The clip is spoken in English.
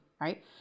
right